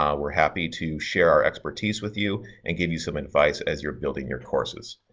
um we're happy to share our expertise with you and give you some advice as you're building your courses.